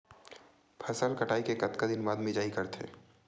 फसल कटाई के कतका दिन बाद मिजाई करथे?